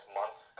month